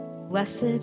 Blessed